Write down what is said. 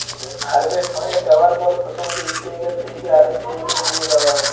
harvest হঁয়ে যাউয়ার পর ফসলকে ইক জাইগা থ্যাইকে আরেক জাইগায় লিঁয়ে যাউয়া হ্যয়